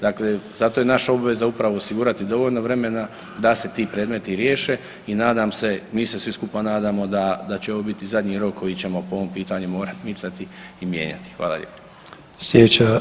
Dakle, zato je naša obveza upravo osigurati dovoljno vremena da se ti predmeti riješe i nadam se mi se svi skupa nadamo da će ovo biti zadnji rok koji ćemo po ovom pitanju morati micati i mijenjati.